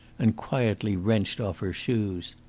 and quietly wrenched off her shoes.